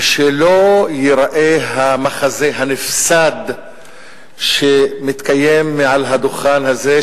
ושלא ייראה המחזה הנפסד שמתקיים מעל הדוכן הזה,